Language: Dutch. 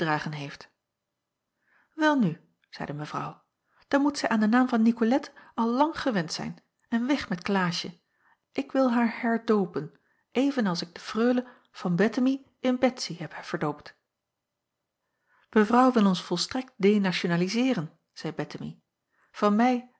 heeft welnu zeide mevrouw dan moet zij aan den naam van nicolette al lang gewend zijn en weg met klaasje ik wil haar herdoopen even als ik de freule van bettemie in betsy heb verdoopt mevrouw wil ons volstrekt denationaliseeren zeî bettemie van mij